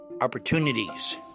...opportunities